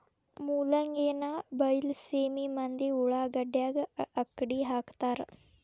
ಮೂಲಂಗಿನಾ ಬೈಲಸೇಮಿ ಮಂದಿ ಉಳಾಗಡ್ಯಾಗ ಅಕ್ಡಿಹಾಕತಾರ